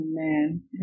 Amen